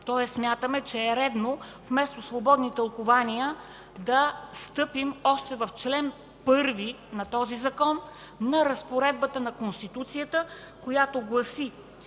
Тоест, смятаме, че е редно вместо свободни тълкувания, да стъпим още в чл. 1 на този закон на разпоредбата на Конституцията, която гласи,